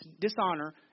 dishonor